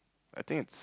I think it's